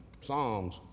Psalms